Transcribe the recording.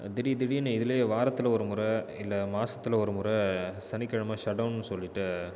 திடீர்திடீர்ன்னு இதுலேயே வாரத்தில் ஒரு முறை இல்லை மாசத்தில் ஒரு முறை சனிக்கிழமை ஷெட்டௌன் சொல்லிட்டு